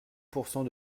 pourcent